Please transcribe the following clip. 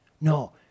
No